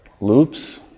loops